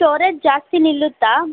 storage ಜಾಸ್ತಿ ನಿಲ್ಲುತ್ತಾ